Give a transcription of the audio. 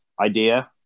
idea